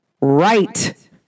right